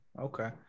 Okay